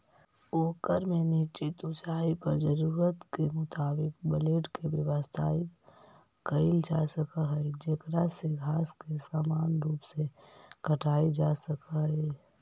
ओकर में निश्चित ऊँचाई पर जरूरत के मुताबिक ब्लेड के व्यवस्थित कईल जासक हई जेकरा से घास के समान रूप से काटल जा सक हई